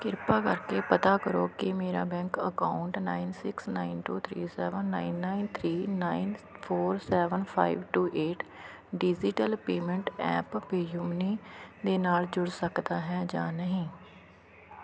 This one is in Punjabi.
ਕਿਰਪਾ ਕਰਕੇ ਪਤਾ ਕਰੋ ਕਿ ਮੇਰਾ bank account nine six nine two three seven nine nine three nine four seven five two eight digital payment app PayU money ਦੇ ਨਾਲ ਜੁੜ ਸਕਦਾ ਹੈ ਜਾਂ ਨਹੀਂ